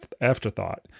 afterthought